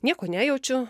nieko nejaučiu